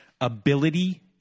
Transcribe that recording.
ability